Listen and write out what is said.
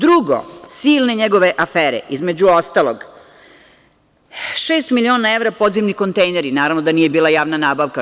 Drugo, silne njegove afere između ostalog šest miliona evra podzemni kontejneri, naravno da nije bilo javne nabavke.